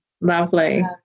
Lovely